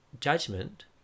judgment